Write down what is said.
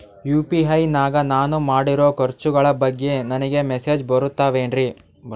UPI ನಾಗ ನಾನು ಮಾಡಿರೋ ಖರ್ಚುಗಳ ಬಗ್ಗೆ ನನಗೆ ಮೆಸೇಜ್ ಬರುತ್ತಾವೇನ್ರಿ?